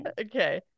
Okay